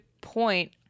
point